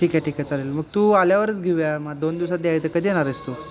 ठीक आहे ठीक आहे चालेल मग तू आल्यावरच घेऊया मग दोन दिवसात द्यायचं कधी येणार आहेस तू